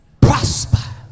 prosper